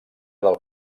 del